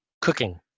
Cooking